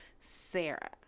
Sarah